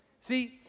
See